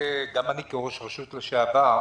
גם אני כראש רשות לשעבר,